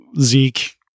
Zeke